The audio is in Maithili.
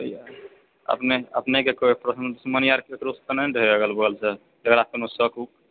अपने अपनेकेँ कोइ पर्सनल दुश्मनी आर ककरोसँ तऽ नहि ने रहए अगल बगलसँ जकरा परमे शक हो